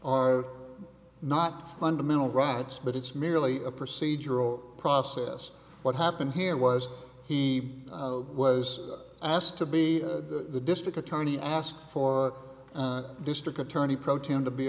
are not fundamental rights but it's merely a procedural process what happened here was he was asked to be the district attorney asked for district attorney protean to be